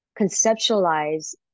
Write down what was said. conceptualize